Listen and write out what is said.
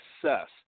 success